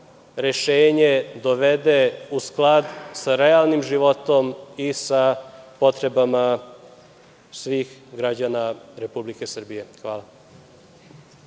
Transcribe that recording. rešenje dovede u sklad sa realnim životom i sa potrebama svih građana Republike Srbije. Hvala.